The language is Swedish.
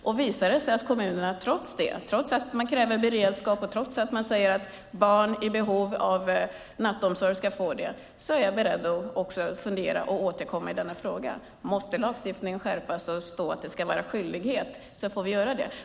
Om det visar sig att kommunerna inte ordnar detta, trots att man kräver beredskap och trots att man säger att barn i behov av nattomsorg ska få det, är jag beredd att fundera och återkomma i denna fråga. Måste vi skärpa lagstiftningen, så att det står att det ska vara en skyldighet, får vi göra det.